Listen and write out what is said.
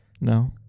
No